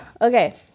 Okay